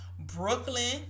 Brooklyn